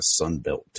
sunbelt